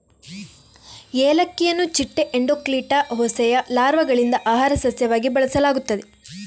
ಏಲಕ್ಕಿಯನ್ನು ಚಿಟ್ಟೆ ಎಂಡೋಕ್ಲಿಟಾ ಹೋಸೆಯ ಲಾರ್ವಾಗಳಿಂದ ಆಹಾರ ಸಸ್ಯವಾಗಿ ಬಳಸಲಾಗುತ್ತದೆ